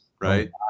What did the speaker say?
Right